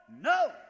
No